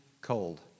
cold